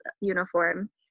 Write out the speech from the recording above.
uniform